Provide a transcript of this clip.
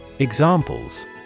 Examples